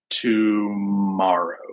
Tomorrow